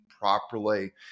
properly